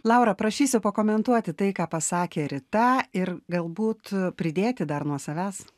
laura prašysiu pakomentuoti tai ką pasakė rita ir galbūt pridėti dar nuo savęs